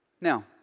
Now